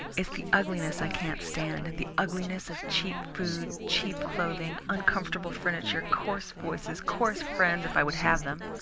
it's the ugliness i can't stand the ugliness of cheap food, cheap clothes, uncomfortable furniture, coarse voices, coarse friends if i would have them.